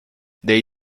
they